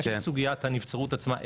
יש את סוגיית הנבצרות עצמה,